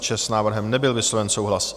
S návrhem nebyl vysloven souhlas.